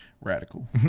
radical